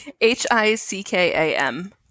h-i-c-k-a-m